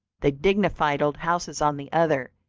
the dignified old houses on the other,